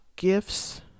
gifts